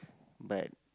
but